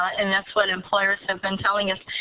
and that's what employers have been telling us.